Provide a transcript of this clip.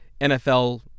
NFL